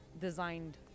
designed